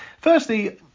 firstly